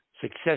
success